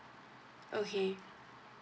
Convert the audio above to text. okay